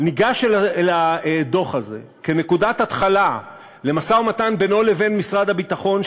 ניגש אל הדוח הזה כנקודת התחלה למשא-ומתן בינו לבין משרד הביטחון,